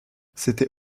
c’était